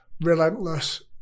relentless